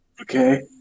Okay